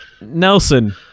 Nelson